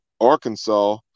Arkansas